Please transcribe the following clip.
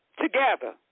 together